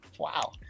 wow